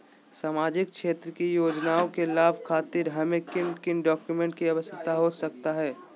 सामाजिक क्षेत्र की योजनाओं के लाभ खातिर हमें किन किन डॉक्यूमेंट की आवश्यकता हो सकता है?